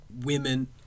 women